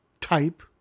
type